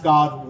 God